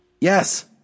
Yes